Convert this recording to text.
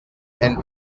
and